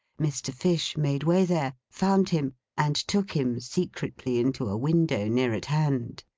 mr. fish made way there found him and took him secretly into a window near at hand.